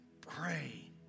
Pray